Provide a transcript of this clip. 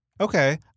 Okay